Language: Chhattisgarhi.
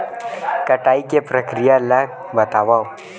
कटाई के प्रक्रिया ला बतावव?